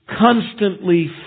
constantly